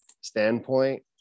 standpoint